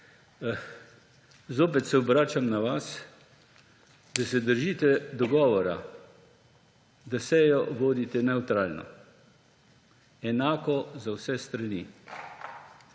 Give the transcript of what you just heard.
Zopet se obračam na vas, da se držite dogovora, da sejo vodite nevtralno, enako za vse strani.